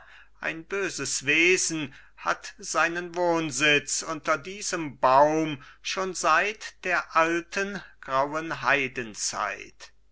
ein böses wesen hat seinen wohnsitz unter diesem baum schon seit der alten grauen heidenzeit